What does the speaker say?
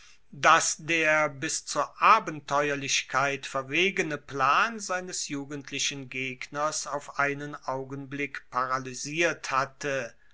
das der bis zur abenteuerlichkeit verwegene plan seines jugendlichen gegners auf einen augenblick paralysiert hatte